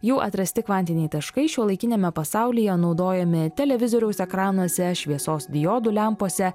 jau atrasti kvantiniai taškai šiuolaikiniame pasaulyje naudojami televizoriaus ekranuose šviesos diodų lempose